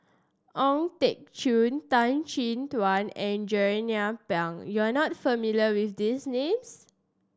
Ong Teng Cheong Tan Chin Tuan and Jernnine Pang you are not familiar with these names